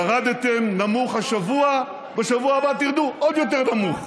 ירדתם נמוך השבוע, בשבוע הבא תרדו עוד יותר נמוך.